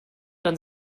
dann